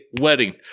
wedding